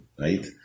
right